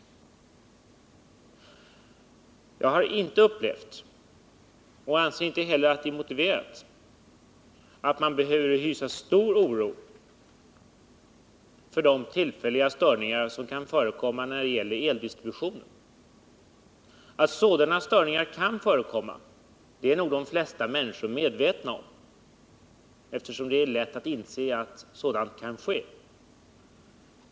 Jag har inte upplevt att man hyser stor oro för de tillfälliga störningar som kan förekomma i eldistributionen — och jag anser inte heller att det är motiverat att behöva göra det. Att sådana störningar kan förekomma har nog de flesta människor lätt att inse.